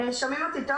שומעים אותי טוב?